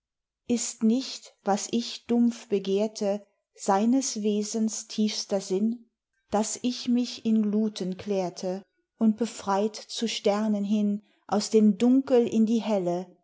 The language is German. ist nicht was ich dumpf begehrte seines wesens tiefster sinn daß ich mich in gluten klärte und befreit zu sternen hin aus dem dunkel in die helle